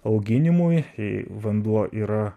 auginimui i vanduo yra